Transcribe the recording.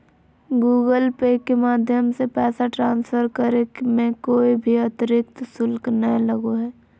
Google Pay के माध्यम से पैसा ट्रांसफर करे मे कोय भी अतरिक्त शुल्क नय लगो हय